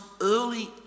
early